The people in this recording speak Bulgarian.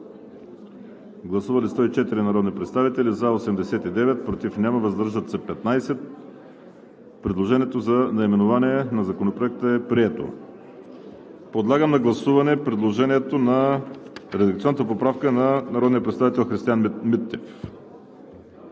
Гласували 104 народни представители: за 89, против няма, въздържали се 15. Предложението за наименование на Законопроекта е прието. Подлагам на гласуване редакционната поправка на народния представител Христиан Митев.